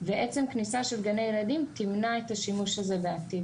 ועצם כניסה של גני ילדים תמנע את השימוש הזה בעתיד.